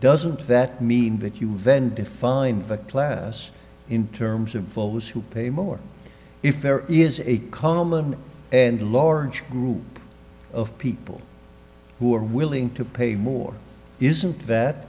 doesn't that mean that you then define the class in terms of those who pay more if there is a common and large group of people who are willing to pay more isn't that